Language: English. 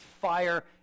fire